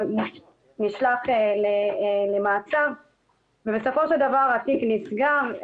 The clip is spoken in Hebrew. נשלח למעצר ובסופו של דבר התיק נסגר.